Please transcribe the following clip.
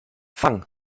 fang